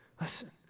Listen